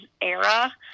era